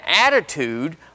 attitude